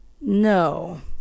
No